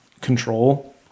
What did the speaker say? control